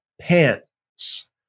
pants